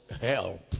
help